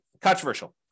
controversial